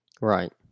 right